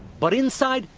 but inside,